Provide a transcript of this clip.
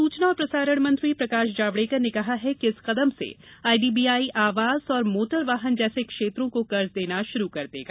वहीं सूचना और प्रसारण मंत्री प्रकाश जावड़ेकर ने कहा कि इस कदम से आईडीबीआई आवास तथा मोटर वाहन जैसे क्षेत्रों को कर्ज देना शुरू कर देगा